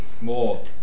More